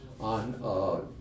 on